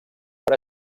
per